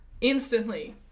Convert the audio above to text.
instantly